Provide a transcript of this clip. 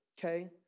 okay